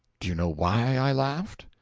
do you know why i laughed?